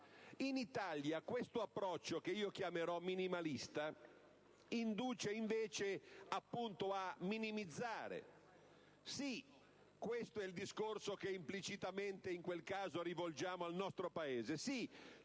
In Italia questo approccio, che chiamerò minimalista, induce invece a minimizzare. Questo è il discorso che implicitamente in quel caso rivolgiamo al nostro Paese: